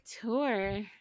tour